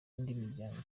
miryango